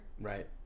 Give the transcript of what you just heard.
Right